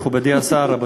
מכובדי השר,